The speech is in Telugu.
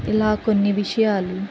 ఇలా కొన్ని విషయాలు